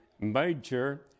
major